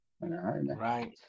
Right